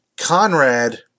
Conrad